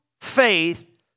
faith